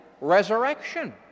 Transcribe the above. resurrection